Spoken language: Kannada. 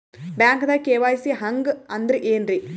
ಬ್ಯಾಂಕ್ದಾಗ ಕೆ.ವೈ.ಸಿ ಹಂಗ್ ಅಂದ್ರೆ ಏನ್ರೀ?